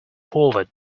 forward